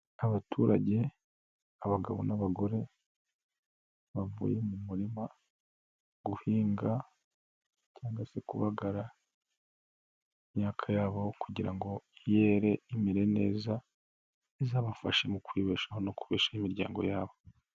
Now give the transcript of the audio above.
Abaturage abagabo n'abagore, bavuye mu murima guhinga cyangwa se kubagara imyaka yabo kugira ngo yere imere neza, izabafashe mu kwibeshaho no gukoreshabesha imiryango yabo.